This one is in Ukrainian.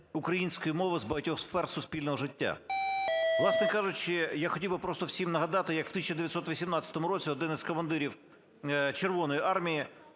української мови з багатьох сфер суспільного життя". Власне кажучи, я хотів би просто всім нагадати, як в 1918 році один із командирів Червоної